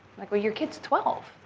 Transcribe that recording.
like, well, your kid's twelve.